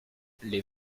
les